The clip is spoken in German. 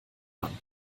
man